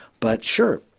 but sure,